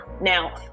Now